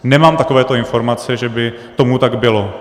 Nemám takovéto informace, že by tomu tak bylo.